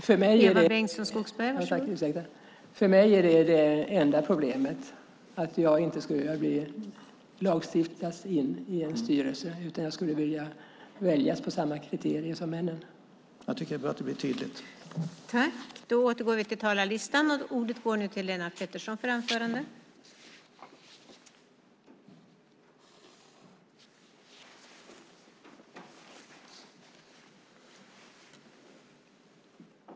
Fru talman! För mig är detta det enda problemet. Jag skulle inte vilja lagstiftas in i en styrelse, utan jag skulle vilja väljas på samma kriterier som männen. : Jag tycker att det är bra att det blir tydligt.)